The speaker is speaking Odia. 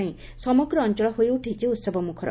ପାଇଁ ସମଗ୍ର ଅଂଚଳ ହୋଇଉଠିଛି ଉସ୍ବ ମୁଖର